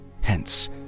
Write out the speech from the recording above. Hence